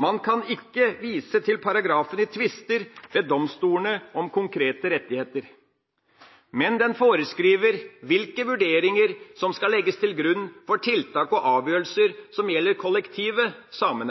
Man kan ikke vise til paragrafen i tvister ved domstolene om konkrete rettigheter. Men den foreskriver hvilke vurderinger som skal legges til grunn for tiltak og avgjørelser som